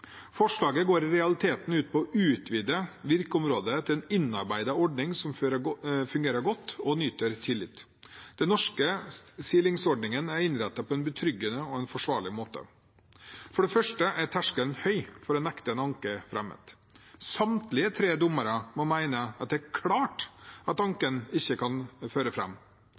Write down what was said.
Forslaget går i realiteten ut på å utvide virkeområdet til en innarbeidet ordning som fungerer godt og nyter tillit. Den norske silingsordningen er innrettet på en betryggende og forsvarlig måte. For det første er terskelen høy for å nekte en anke fremmet. Samtlige tre dommere må mene at det er klart at anken ikke kan føre fram.